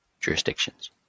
jurisdictions